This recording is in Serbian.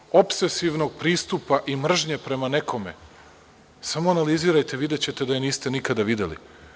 Takvu vrstu opsesivnog pristupa i mržnje prema nekome samo analizirajte, videćete da je niste nikada videli.